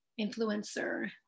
Influencer